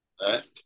right